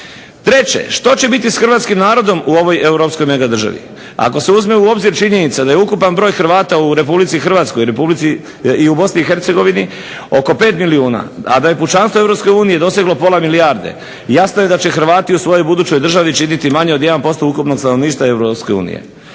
Treće, što će biti s hrvatskim narodom u ovoj europskoj megadržavi. Ako se uzme u obzir činjenica da je ukupan broj Hrvata u Republici Hrvatskoj i u Bosni i Hercegovini oko 5 milijuna, a da je pučanstvo Europske unije doseglo pola milijarde jasno je da će Hrvati u svojoj budućoj državi činiti manje od 1% ukupnog stanovništva